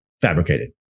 fabricated